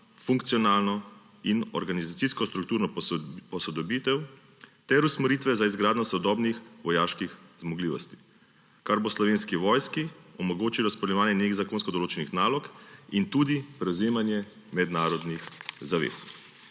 funkcionalno in organizacijsko strukturno posodobitev ter usmeritve za izgradnjo sodobnih vojaških zmogljivosti, kar bo Slovenski vojski omogočilo izpolnjevanje njenih zakonsko določenih nalog in tudi prevzemanje mednarodnih zavez.